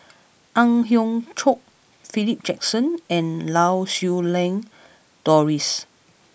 Ang Hiong Chiok Philip Jackson and Lau Siew Lang Doris